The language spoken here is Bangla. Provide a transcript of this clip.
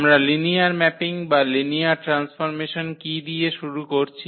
আমরা লিনিয়ার ম্যাপিং বা লিনিয়ার ট্রান্সফর্মেশন কী দিয়ে শুরু করছি